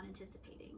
anticipating